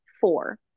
four